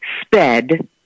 sped